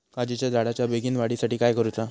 काजीच्या झाडाच्या बेगीन वाढी साठी काय करूचा?